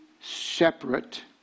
separate